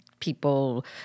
People